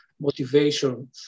motivation